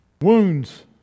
Wounds